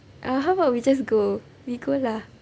ah how about we just go we go lah